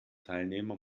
teilnehmer